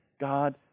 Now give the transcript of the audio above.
God